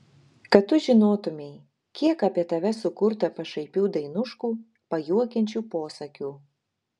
kad tu žinotumei kiek apie tave sukurta pašaipių dainuškų pajuokiančių posakių